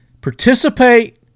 Participate